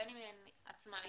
בין אם הן עצמאיות,